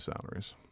salaries